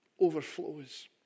overflows